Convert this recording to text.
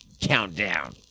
Countdown